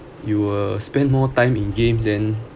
you will spend more time in game then